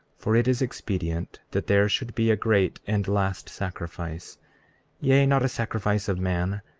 for it is expedient that there should be a great and last sacrifice yea, not a sacrifice of man,